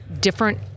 different